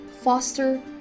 foster